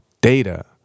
data